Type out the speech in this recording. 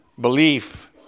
belief